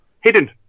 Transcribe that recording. hidden